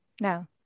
no